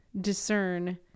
discern